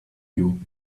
you